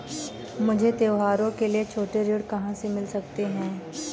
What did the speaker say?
मुझे त्योहारों के लिए छोटे ऋण कहाँ से मिल सकते हैं?